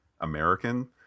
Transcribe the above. American